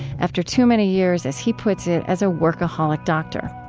after too many years, as he puts it, as a workaholic doctor.